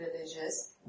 religious